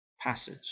passage